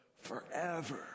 forever